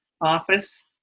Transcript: office